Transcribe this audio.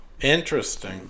interesting